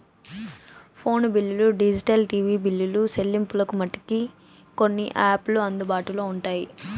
phone బిల్లులు digital TV బిల్లులు సెల్లింపులకు మటికి కొన్ని యాపులు అందుబాటులో ఉంటాయి